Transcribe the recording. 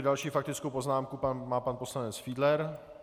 Další faktickou poznámku má pan poslanec Fiedler.